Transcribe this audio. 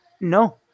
No